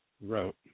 wrote